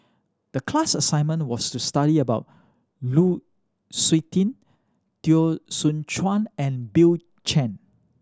the class assignment was to study about Lu Suitin Teo Soon Chuan and Bill Chen